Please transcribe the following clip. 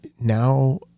now